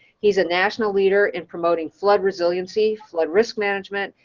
he's a national leader in promoting flood resiliency, flood risk management,